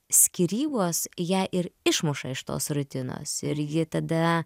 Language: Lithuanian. skyrybos ją ir išmuša iš tos rutinos ir ji tada